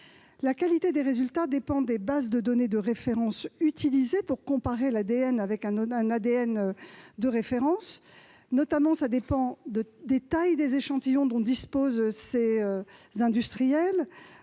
La qualité des résultats dépend des bases de données de référence utilisées pour comparer l'ADN avec un ADN de référence. Cela dépend notamment des tailles des échantillons dont disposent ces industriels,